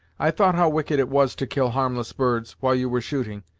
i thought how wicked it was to kill harmless birds, while you were shooting,